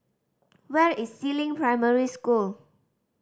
where is Si Ling Primary School